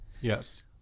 yes